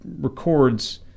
records